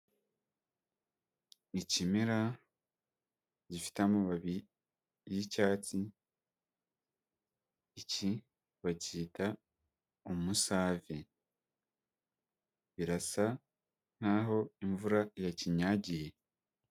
Ikimera gifite amababi y'icyatsi, iki bacyita umusave. Birasa nk'aho imvura yakinyagiye.